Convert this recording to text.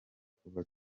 kuva